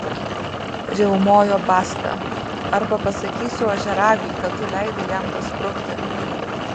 riaumojo basta arba pasakysiu ožiaragiui kad tu leidai jam pasprukti